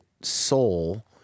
soul